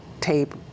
tape